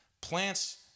plants